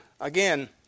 again